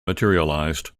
materialized